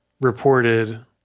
reported